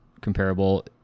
comparable